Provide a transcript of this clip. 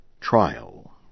trial